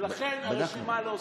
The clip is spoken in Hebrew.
ולכן הרשימה לא סגורה.